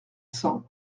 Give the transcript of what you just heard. cents